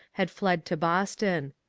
had fled to boston.